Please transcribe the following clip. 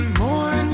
more